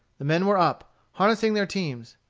the men were up, harnessing their teams.